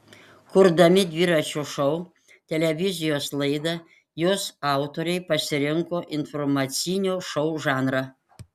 kurdami dviračio šou televizijos laidą jos autoriai pasirinko informacinio šou žanrą